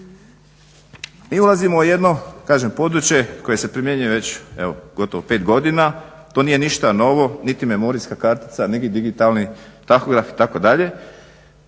Mi ulazimo u jedno područje koje se primjenjuje već gotovo 5 godina, to nije ništa novo niti memorijska kartica niti digitalni tahograf itd.